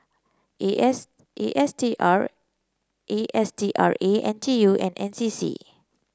A S A S T R A S T R A N T U and N C C